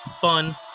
fun